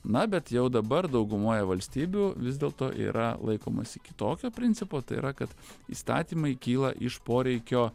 na bet jau dabar daugumoje valstybių vis dėlto yra laikomasi kitokio principo tai yra kad įstatymai kyla iš poreikio